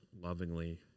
lovingly